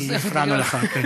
כי הפרענו לך.